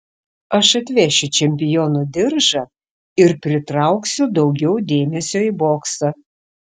aš atvešiu čempiono diržą ir pritrauksiu daugiau dėmesio į boksą